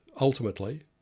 ultimately